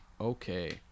Okay